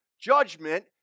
judgment